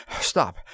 Stop